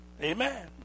Amen